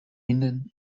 innen